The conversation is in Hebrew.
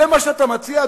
זה מה שאתה מציע,